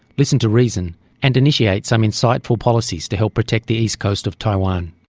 listen to reason and initiate some insightful policies to help protect the east coast of taiwan.